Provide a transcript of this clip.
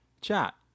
chat